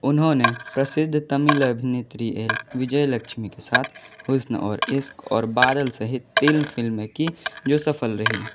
उन्होंने प्रसिद्ध तमिल अभिनेत्री एल विजयलक्ष्मी के साथ हुस्न और इश्क़ और बादल सहित तीन फ़िल्में की जो सफ़ल रहीं